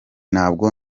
ntabwo